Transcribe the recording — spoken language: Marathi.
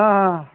हां हां